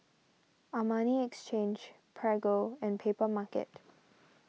Armani Exchange Prego and Papermarket